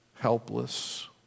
helpless